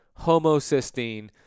homocysteine